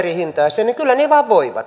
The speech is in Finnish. kyllä ne vain voivat